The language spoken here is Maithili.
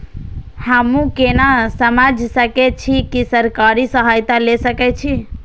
हमू केना समझ सके छी की सरकारी सहायता ले सके छी?